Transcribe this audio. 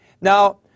Now